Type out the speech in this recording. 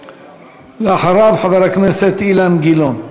אחריו, חבר הכנסת אילן גילאון.